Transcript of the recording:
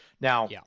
Now